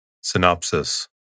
Synopsis